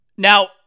Now